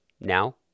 Now